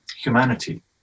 humanity